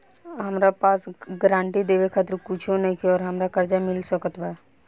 हमरा पास गारंटी मे देवे खातिर कुछूओ नईखे और हमरा कर्जा मिल सकत बा?